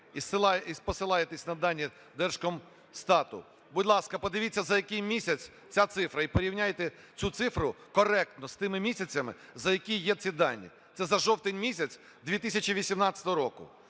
і посилаєтеся на дані Держкомстату, будь ласка, подивіться за який місяць ця цифра і порівняйте цю цифру коректно з тими місяцями, за які є ці дані. Це за жовтень місяць 2018 року.